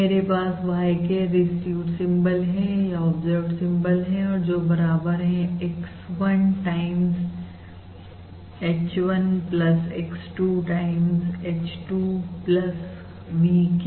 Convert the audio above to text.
मेरे पास yk received symbol है या ऑब्जर्व्ड सिंबल है और जो बराबर है x1 times h1 x2 times h 2 vk के